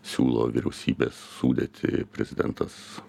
siūlo vyriausybės sudėtį prezidentas